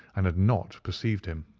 and had not perceived him.